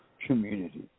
community